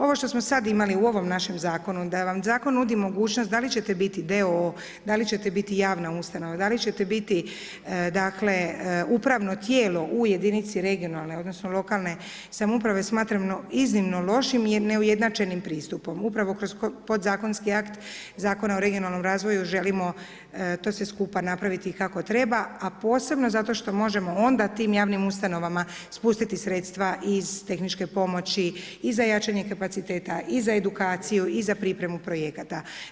Ovo što smo sad imali u ovom našem zakonu, da vam zakon nudi mogućnost da li ćete biti d.o.o., da li ćete biti javna ustanova, da li ćete biti dakle, upravno tijelo u jedinici regionalne odnosno lokalne samouprave smatramo iznimno lošim jer neujednačenim pristupom upravo kroz podzakonski akt Zakona o regionalnom razvoju želimo to sve skupa napraviti kako treba, a posebno zato što možemo onda tim javnim ustanovama spustiti sredstva iz tehničke pomoći i za jačanje kapaciteta i za edukaciju i za pripremu projekata.